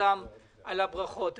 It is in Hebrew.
לכולם על הברכות.